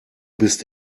bist